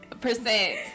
percent